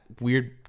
weird